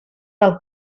del